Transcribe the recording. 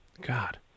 God